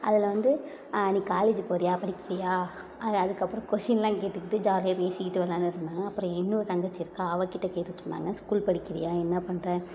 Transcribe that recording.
அதில் வந்து நீ காலேஜ் போகிறியா படிக்கிறியா அது அதுக்கப்புறம் கொஷினெலாம் கேட்டுக்கிட்டு ஜாலியாக பேசிக்கிட்டு விளாண்டுட்ருந்தாங்க அப்புறம் இன்னொரு தங்கச்சி இருக்கா அவள்க் கிட்டே கேட்டுகிட்ருந்தாங்க ஸ்கூல் படிக்கிறியா என்ன பண்ணுற